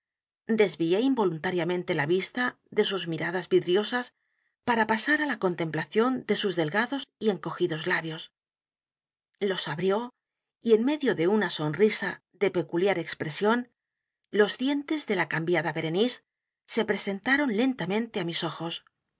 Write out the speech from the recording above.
desvié involuntariamente la vista de sus miradas vidriosas para pasar á la contemplación de s u s delgados y encogidos labios los abrió y en medio de una sonrisa de peculiar expresión los dientes de la cambiada berenice se presentaron lentamente á mis ojos